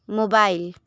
mobile